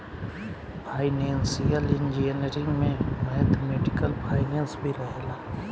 financial engineering में mathematical finance भी रहेला